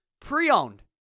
pre-owned